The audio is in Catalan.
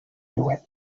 niuet